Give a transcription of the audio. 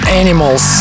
Animals